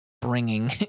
bringing